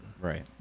Right